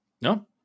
No